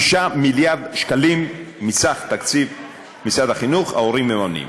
5 מיליארד שקלים מסך תקציב משרד החינוך ההורים מממנים.